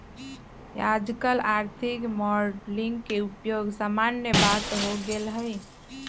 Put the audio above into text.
याजकाल आर्थिक मॉडलिंग के उपयोग सामान्य बात हो गेल हइ